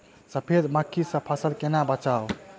सफेद मक्खी सँ फसल केना बचाऊ?